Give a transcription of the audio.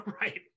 right